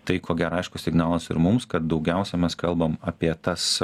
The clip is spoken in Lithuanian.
tai ko gero aiškus signalas ir mums kad daugiausia mes kalbam apie tas